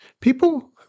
People